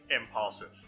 impulsive